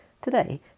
Today